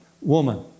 woman